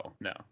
no